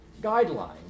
guidelines